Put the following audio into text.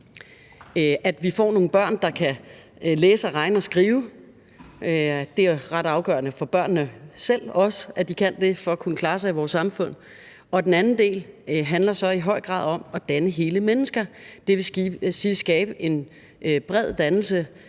at vi får nogle børn, der kan læse, regne og skrive – det er også ret afgørende for børnene selv, at de kan det, for at kunne klare sig i vores samfund – og på den anden side handler det så i høj grad om at danne hele mennesker, det vil sige skabe en bred dannelse